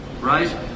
right